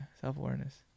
Self-awareness